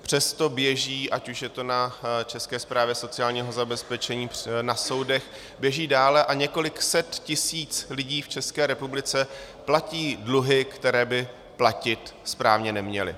Přesto běží, ať už je to na České správě sociálního zabezpečení, na soudech, běží dále a několik set tisíc lidí v České republice platí dluhy, které by platit správně neměli.